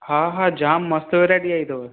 हा हा जाम मस्त वेराइटी आई अथव